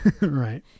Right